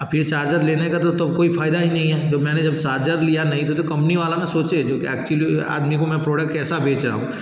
अब फिर चार्जर लेने का तो तब कोई फ़ायदा ही नहीं है जो मैंने जब चार्जर लिया नहीं तो तो कम्पनी वाला ना सोचे जो कि एक्चुअली आदमी को मैं प्रोडक्ट कैसा बेच रहा हूँ